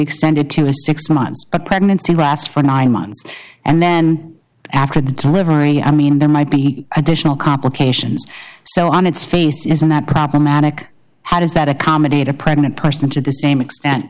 it to a six months but pregnancy lasts for nine months and then after the livery i mean there might be additional complications so on its face isn't that problematic how does that accommodate a pregnant person to the same extent